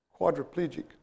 quadriplegic